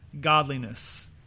godliness